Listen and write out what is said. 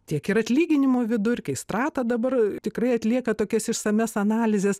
tiek ir atlyginimų vidurkiai strata dabar tikrai atlieka tokias išsamias analizes